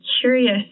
curious